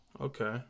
Okay